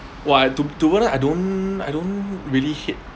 !wah! to be hones~ I don't I don't really hate